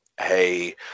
hey